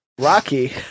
Rocky